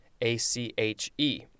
A-C-H-E